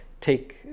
take